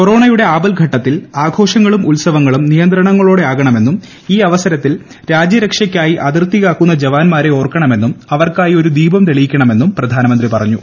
കൊറോണയുടെ ആപത്ഘട്ടത്തിൽ ആഘോഷങ്ങളും ഉത്സവങ്ങളും നിയന്ത്രണങ്ങളോടെ ആകണമെന്നും ഈ അവസരത്തിൽ രാജ്യരക്ഷയ്ക്കായ് അതിർത്തികാക്കുന്ന ജവാൻമാരെ ഓർക്കണമെന്നും അവർക്കായി ഒരു ദ് ദീപം തെളിക്കണമെന്നും പ്രധാനമന്ത്രി പറഞ്ഞു